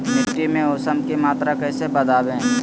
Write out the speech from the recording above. मिट्टी में ऊमस की मात्रा कैसे बदाबे?